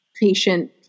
patient